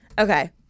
Okay